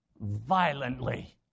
violently